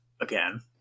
again